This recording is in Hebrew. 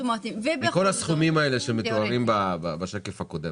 כל הסכומים האלה שמתוארים בשקף הקודם,